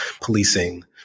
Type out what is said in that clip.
policing